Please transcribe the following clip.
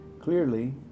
clearly